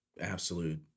absolute